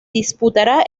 disputará